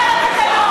לפרוטוקול,